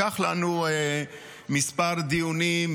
לקח לנו כמה דיונים,